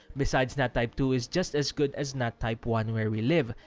besides nat type two is just as good as nat type one where we live.